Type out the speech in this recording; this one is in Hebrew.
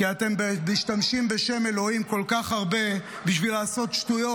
כי אתם משתמשים בשם אלוהים כל כך הרבה בשביל לעשות שטויות,